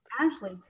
Ashley